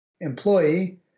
employee